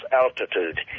altitude